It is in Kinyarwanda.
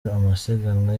amasiganwa